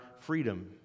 freedom